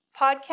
podcast